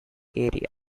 area